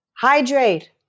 Hydrate